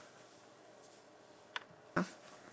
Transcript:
orh okay just do one is enough